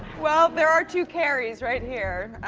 well there are two carries right here.